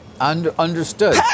Understood